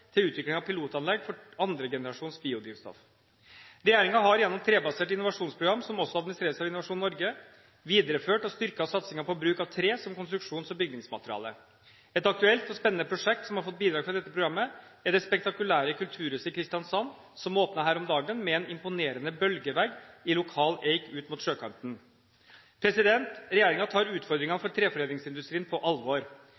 til utvikling av pilotanlegg for 2. generasjons biodrivstoff. Regjeringen har gjennom Trebasert innovasjonsprogram, som også administreres av Innovasjon Norge, videreført og styrket satsingen på bruk av tre som konstruksjons- og bygningsmateriale. Et aktuelt og spennende prosjekt som har fått bidrag fra dette programmet, er det spektakulære kulturhuset i Kristiansand, som åpnet her om dagen, med en imponerende «bølgevegg» i lokal eik ut mot sjøkanten. Regjeringen tar